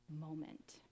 moment